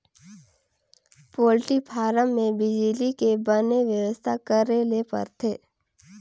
poultry farm में बिजली के बने बेवस्था करे ले परथे